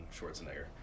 Schwarzenegger